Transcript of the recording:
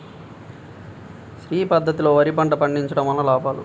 శ్రీ పద్ధతిలో వరి పంట పండించడం వలన లాభాలు?